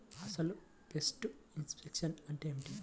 అసలు pest infection అంటే ఏమిటి?